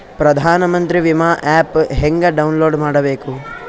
ಪ್ರಧಾನಮಂತ್ರಿ ವಿಮಾ ಆ್ಯಪ್ ಹೆಂಗ ಡೌನ್ಲೋಡ್ ಮಾಡಬೇಕು?